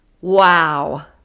Wow